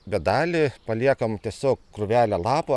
bet dalį paliekam tiesiog krūvelę lapų